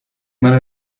many